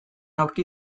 aurki